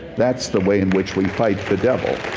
that's the way in which we fight the devil.